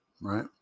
right